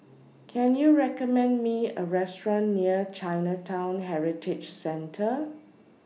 Can YOU recommend Me A Restaurant near Chinatown Heritage Centre